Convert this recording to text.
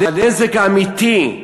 הנזק האמיתי,